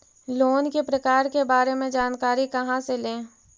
Loan के प्रकार के बारे मे जानकारी कहा से ले?